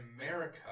America